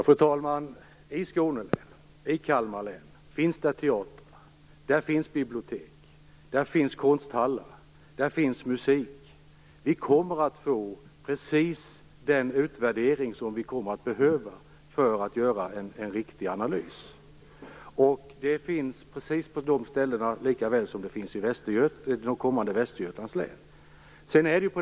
Fru talman! I Skåne län och i Kalmar län finns det teatrar, bibliotek och konsthallar och där finns musik. Vi kommer att få just den utvärdering som vi kommer att behöva för att kunna göra en riktig analys. De möjligheterna finns på nämnda ställen och kommer att finnas i kommande Västergötlands län.